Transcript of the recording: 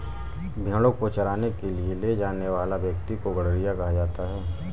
भेंड़ों को चराने के लिए ले जाने वाले व्यक्ति को गड़ेरिया कहा जाता है